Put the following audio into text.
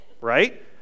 right